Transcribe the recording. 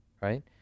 right